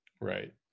Right